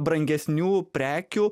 brangesnių prekių